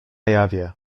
jawie